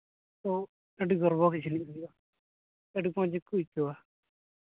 ᱛᱚ ᱟᱹᱰᱤ ᱜᱚᱨᱵᱚ ᱜᱮ ᱡᱟᱹᱱᱤᱡ ᱵᱩᱡᱷᱟᱹᱜᱼᱟ ᱟᱹᱰᱤ ᱢᱚᱡᱽ ᱜᱮᱠᱚ ᱟᱹᱭᱠᱟᱹᱣᱟ